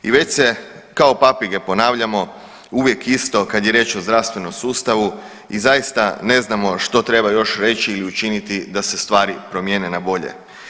I već se kao papige ponavljamo uvijek isto kad je riječ o zdravstvenom sustavu i zaista ne znamo što treba još reći ili učiniti da se stvari promijene na bolje.